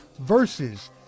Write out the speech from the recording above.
versus